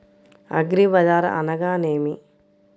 అగ్రిబజార్ అనగా నేమి?